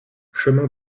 chemin